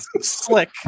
slick